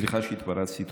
סליחה שהתפרצתי.